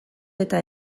eta